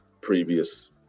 previous